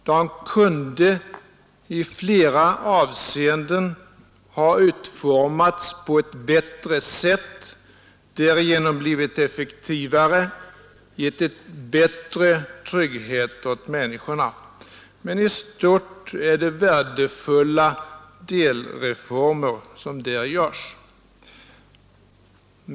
De kunde i flera avseenden ha utformats på ett bättre sätt och därigenom blivit effektivare, gett bättre trygghet åt människorna. Men i stort är det värdefulla delreformer som föreslås.